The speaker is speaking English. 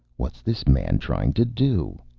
what's this man trying to do?